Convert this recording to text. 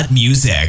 music